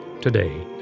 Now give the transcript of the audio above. today